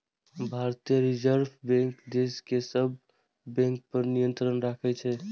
भारतीय reserve bank देश के सब बैंक पर नियंत्रण राखै छै